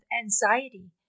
anxiety